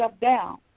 down